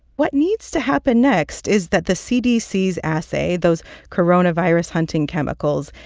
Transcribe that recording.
what needs to happen next is that the cdc's assay, those coronavirus-hunting chemicals,